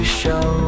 show